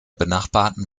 benachbarten